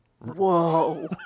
Whoa